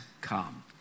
come